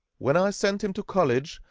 when i sent him to college,